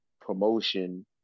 promotion